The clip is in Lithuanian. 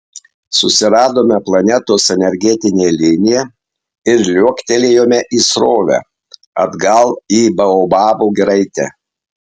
susiradome planetos energetinę liniją ir liuoktelėjome į srovę atgal į baobabų giraitę